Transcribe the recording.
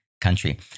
country